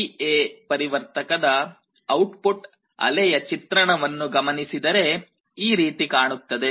DA ಪರಿವರ್ತಕದ ಔಟ್ಪುಟ್DA converter output ಅಲೆಯ ಚಿತ್ರಣವನ್ನು ಗಮನಿಸಿದರೆ ಈ ರೀತಿ ಕಾಣುತ್ತದೆ